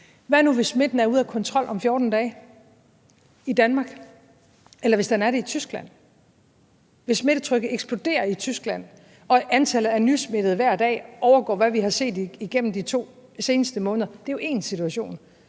Hvad nu hvis smitten er ude af kontrol om 14 dage i Danmark, eller hvis den er det i Tyskland? Hvis smittetrykket eksploderer i Tyskland og antallet af nysmittede hver dag overgår, hvad vi har set igennem de seneste 2 måneder, er det jo én situation.